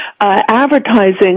advertising